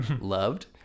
loved